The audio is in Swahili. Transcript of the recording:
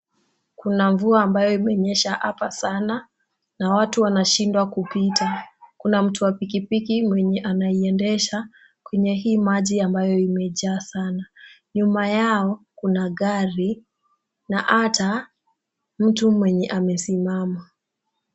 Kuna mvua ambayo imenyesha apa sana, na watu wanashindwa kupita .Kuna mtu wa pikipiki mwenye anaiendesha kwenye hii maji ambayo imejaa sana. Nyuma yao kuna gari na ata mtu mwenye amesimama.